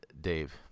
Dave